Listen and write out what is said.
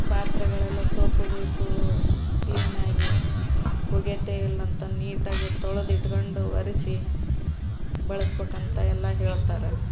ಪಾತ್ರೆಗಳೆಲ್ಲ soap ಗೀಪು ಕ್ಲೀನಾಗಿ ಹೋಗೆತ್ತೆ ಇಲ್ಲಂತಂದು ನೀಟಾಗಿ ತೊಳ್ದು ಇಟ್ಕೊಂಡು ಒರೆಸಿ ಬಳಸಬೇಕಂತ ಎಲ್ಲ ಹೇಳ್ತಾರ